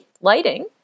lighting